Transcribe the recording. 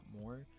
more